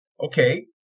Okay